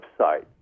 website